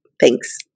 Thanks